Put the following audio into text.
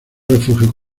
refugios